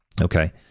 Okay